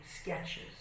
sketches